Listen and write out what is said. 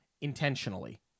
intentionally